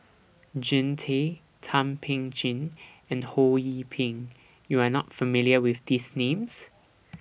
Jean Tay Thum Ping Tjin and Ho Yee Ping YOU Are not familiar with These Names